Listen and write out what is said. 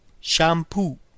shampoo